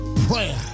prayer